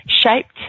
shaped